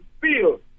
feel